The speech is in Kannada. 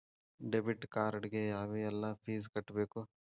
ಡೆಬಿಟ್ ಕಾರ್ಡ್ ಗೆ ಯಾವ್ಎಲ್ಲಾ ಫೇಸ್ ಕಟ್ಬೇಕು